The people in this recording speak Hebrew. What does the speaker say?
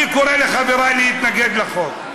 אני קורא לחבריי להתנגד לחוק.